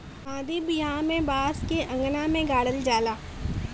सादी बियाह में बांस के अंगना में गाड़ल जाला